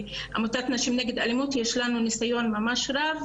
בעמותת נשים נגד אלימות יש לנו ניסון רב מאוד,